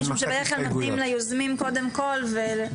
משום שבדרך כלל נותנים ליוזמים קודם כל זה.